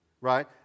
right